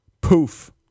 Poof